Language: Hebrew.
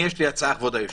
יש לי הצעה, אדוני היושב-ראש.